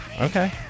Okay